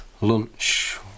Lunch